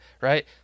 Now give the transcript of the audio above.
right